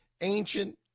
Ancient